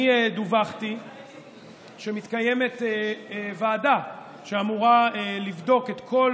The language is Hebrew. אני דֻּווחתי שמתקיימת ועדה שאמורה לבדוק את כל